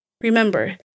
Remember